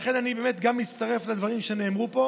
לכן אני מצטרף לדברים שנאמרו פה.